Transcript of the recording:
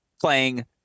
playing